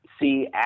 see